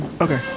Okay